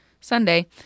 Sunday